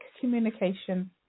communication